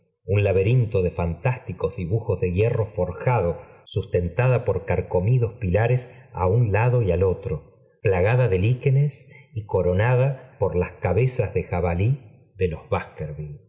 un laberinto de fantásticos dibujos de hierro forjado sustentada por carcomidos pilares á un lado y al otro plagada do liqúenes y coronada por las cabezas de jabalí de los